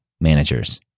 managers